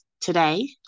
today